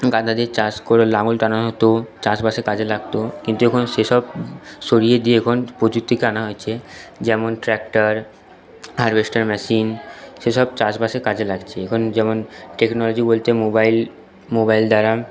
গাধাদের চাষ করে লাঙ্গল টানানো হতো চাষবাসে কাজে লাগতো কিন্তু এখন সে সব সরিয়ে দিয়ে এখন প্রযুক্তিকে আনা হয়েছে যেমন ট্র্যাক্টর হারভেস্টার মেশিন সে সব চাষবাসে কাজে লাগছে এখন যেমন টেকনোলজি বলতে মোবাইল মোবাইল দ্বারা